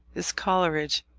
is coleridge,